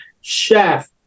chef